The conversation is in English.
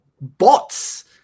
bots